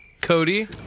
Cody